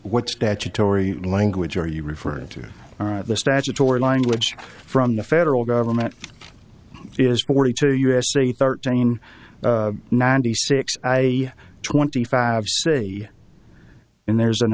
what statutory language are you referring to the statutory language from the federal government is forty two u s c thirteen ninety six i twenty five and there's an